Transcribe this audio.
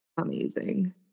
Amazing